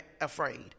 afraid